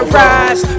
rise